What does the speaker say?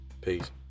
peace